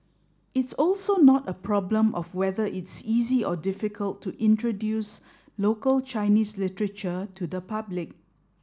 it's also not a problem of whether it's easy or difficult to introduce local Chinese literature to the public